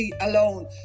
alone